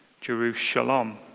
Jerusalem